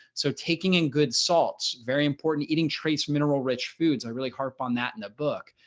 so taking in good salts, very important eating trace mineral rich foods, i really harp on that in the book.